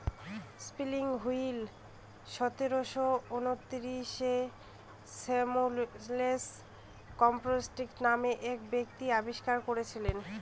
spinning wheel সতেরোশো ঊনআশিতে Samuel Crompton নামে এক ব্যক্তি আবিষ্কার করেছিলেন